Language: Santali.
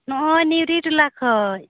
ᱱᱚᱜᱼᱚᱭ ᱱᱤᱣᱨᱤ ᱴᱚᱞᱟ ᱠᱷᱚᱱ